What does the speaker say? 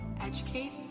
educate